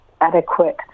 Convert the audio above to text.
adequate